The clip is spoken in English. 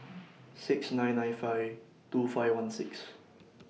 six nine nine five two five one six